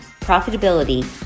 profitability